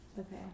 Okay